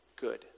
good